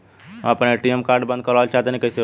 हम आपन ATM card बंद करावल चाह तनि कइसे होई?